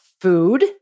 food